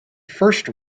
first